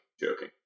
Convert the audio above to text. joking